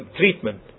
treatment